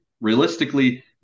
realistically